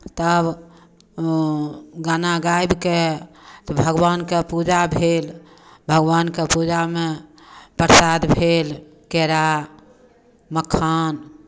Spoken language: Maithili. तब ओ गाना गाबि कऽ भगवानके पूजा भेल भगवानके पूजामे प्रसाद भेल केरा मखान